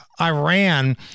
iran